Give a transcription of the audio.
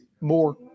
more